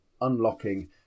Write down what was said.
unlocking